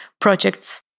project's